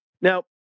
Now